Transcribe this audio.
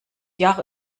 jahr